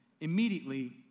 immediately